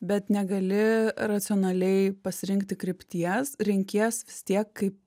bet negali racionaliai pasirinkti krypties renkies vis tiek kaip